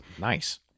Nice